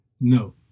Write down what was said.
No